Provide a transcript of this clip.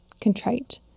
contrite